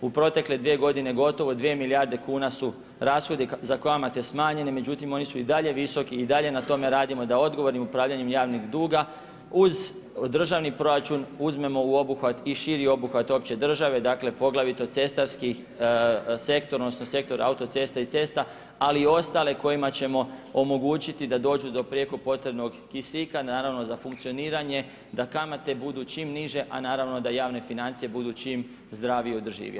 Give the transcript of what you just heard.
U protekle 2 godine, gotovo 2 milijarde kuna su rashodi za kamate smanjeni, međutim oni su i dalje visoki i dalje na tome radimo da odgovornim upravljanjem javnog duga uz državni proračun uzmemo u obuhvat i širi obuhvat opće države, dakle poglavito cestarski sektor, odnosno sektor autocesta i cesta ali i ostale kojima ćemo omogućiti da dođu do prijeko potrebnog kisika, naravno za funkcioniranje da kamate budu čim niže a naravno da javne financije budu čim zdravije i održivije.